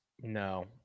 No